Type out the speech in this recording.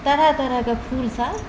तरह तरहके फूलसब